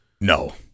No